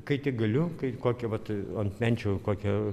kai tik galiu kai kokią vat ant menčių kokia